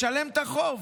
ישלם את החוב.